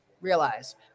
realize